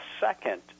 second